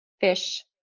fish